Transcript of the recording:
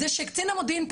זה שקצין המודיעין,